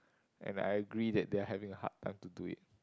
and I agree that they're having a hard time to do it